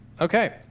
Okay